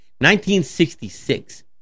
1966